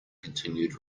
continued